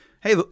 hey